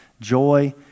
joy